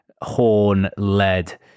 Horn-led